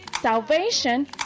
salvation